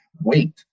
Wait